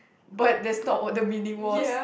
but that's not what the meaning was